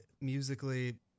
musically